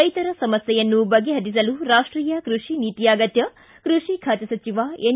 ರೈತರ ಸಮಸ್ಥೆಯನ್ನು ಬಗೆಹರಿಸಲು ರಾಷ್ಟೀಯ ಕೃಷಿ ನೀತಿ ಅಗತ್ಯ ಕೃಷಿ ಖಾತೆ ಸಚಿವ ಎನ್